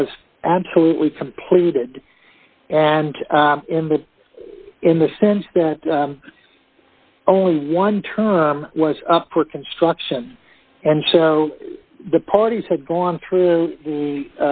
was absolutely completed and in the in the sense that only one term was up for construction and so the parties had gone through the